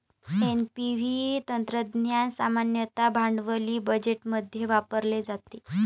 NPV तंत्रज्ञान सामान्यतः भांडवली बजेटमध्ये वापरले जाते